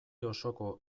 osoko